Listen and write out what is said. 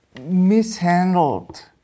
mishandled